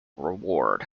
reward